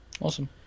Awesome